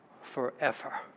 forever